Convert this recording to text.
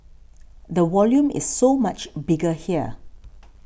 the volume is so much bigger here